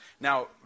Now